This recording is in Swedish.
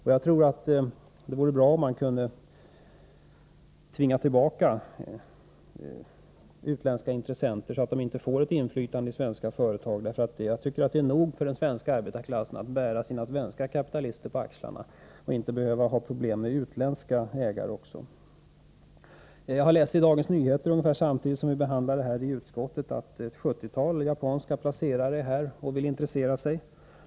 Jag tror att det vore bra om vi kunde tvinga tillbaka utländska intressenter, så att de inte får ett inflytande i svenska företag. Jag tycker att det är nog för den svenska arbetarklassen att bära sina svenska kapitalister på axlarna. Man skall inte behöva ha problem med utländska ägare också. Ungefär samtidigt som utskottsbehandlingen pågick läste jag i Dagens Nyheter att ett sjuttiotal japanska placerare är här och vill intressera sig.